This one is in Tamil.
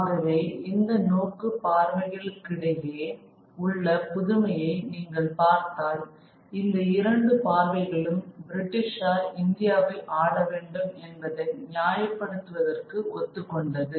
ஆகவே இந்த நோக்கு பார்வைகளுக்குக்கிடையே உள்ள புதுமையை நீங்கள் பார்த்தால் இந்த இரண்டு பார்வைகளும் பிரிட்டிஷார் இந்தியாவை ஆள வேண்டும் என்பதை நியாயப்படுத்துவதற்கு ஒத்துக்கொண்டது